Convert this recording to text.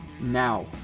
now